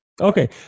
Okay